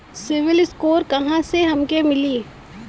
CIBIL score कहाँसे हमके मिली?